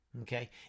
Okay